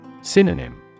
Synonym